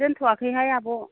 दोन्थ'आखैहाय आब'